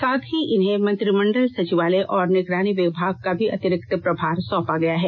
साथ ही इन्हें मंत्रिमंडल सचिवालय और निंगरानी विभाग का भी अतिरिक्त प्रभार सौंपा गया है